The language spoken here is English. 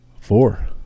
four